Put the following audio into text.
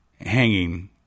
hanging